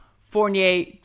Fournier